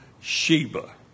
Sheba